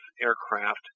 aircraft